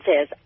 says